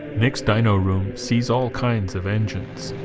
nick's dyno room sees all kinds of engines